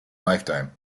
lifetime